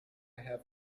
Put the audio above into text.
have